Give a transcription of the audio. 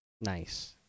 Nice